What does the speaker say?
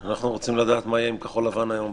אנחנו צריכים לדעת מה יהיה עם כחול לבן היום בקבינט.